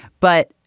but,